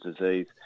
disease